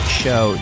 show